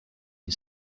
une